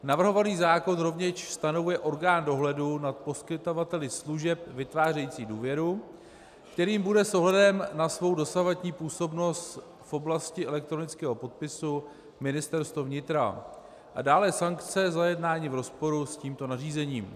Navrhovaný zákon rovněž stanovuje orgán dohledu nad poskytovateli služeb vytvářejících důvěru, kterým bude s ohledem na svou dosavadní působnost v oblasti elektronického podpisu Ministerstvo vnitra, a dále sankce za jednání v rozporu s tímto nařízením.